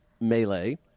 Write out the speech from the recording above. Melee